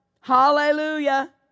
Hallelujah